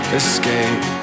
escape